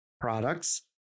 products